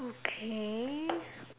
okay